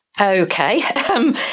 Okay